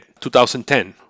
2010